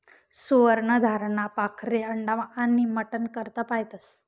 सुवर्ण धाराना पाखरे अंडा आनी मटन करता पायतस